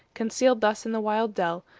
concealed thus in the wild dell,